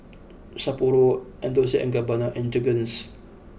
Sapporo and Dolce and Gabbana and Jergens